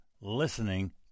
listening